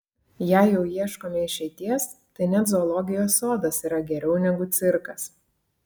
jei jau ieškome išeities tai net zoologijos sodas yra geriau negu cirkas